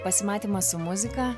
pasimatymas su muzika